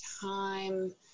time